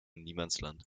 niemandsland